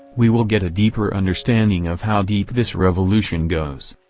we will get a deeper understanding of how deep this revolution goes.